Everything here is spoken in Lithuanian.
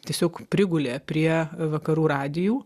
tiesiog prigulė prie vakarų radijų